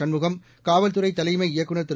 சண்முகம் காவல்துறை தலைமை இயக்குநர் திரு